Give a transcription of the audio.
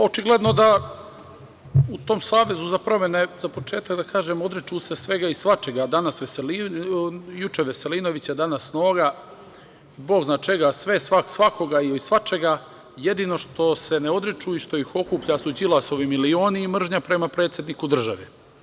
Očigledno da u tom Savezu za promene, za početak da kažem, odriču se svega i svačega, juče Veselinovića, danas Noga, Bog zna čega sve, svak svakoga ili svačega, jedino što se ne odriču i što ih okuplja su Đilasovi milioni i mržnja prema predsedniku države.